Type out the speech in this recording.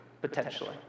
potentially